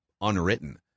unwritten